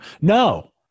No